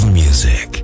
music